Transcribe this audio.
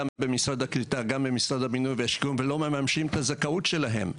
גם במשרד הקליטה וגם במשרד הבינוי והשיכון ולא מממשים את הזכאות שלהם.